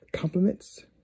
Compliments